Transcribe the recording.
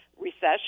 Recession